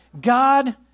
God